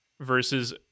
versus